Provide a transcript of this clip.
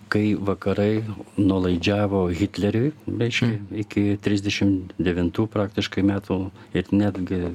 kai vakarai nuolaidžiavo hitleriui reiškia iki trisdešimt devintų praktiškai metų ir netgi